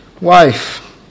wife